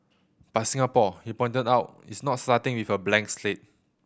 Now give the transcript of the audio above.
but Singapore he pointed out is not starting with a blank slate